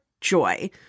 joy